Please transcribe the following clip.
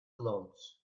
clothes